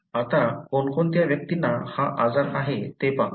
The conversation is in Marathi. आता कोणकोणत्या व्यक्तींना हा आजार आहे ते पाहू